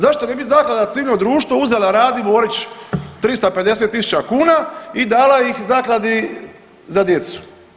Zašto ne bi Zaklada civilno društvo uzela Radi Borić 350.000 kuna i dala iz zakladi za djecu.